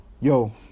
Yo